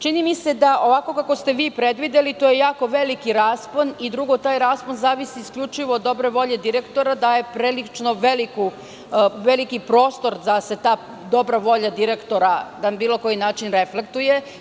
Čini mi se da ovako kako ste vi predvideli, to je jako veliki raspon, i drugo, taj raspon zavisi isključivo od dobre volje direktora daje prilično veliki prostor da se ta dobra volja direktora, na bilo koji način reflektuje.